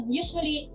usually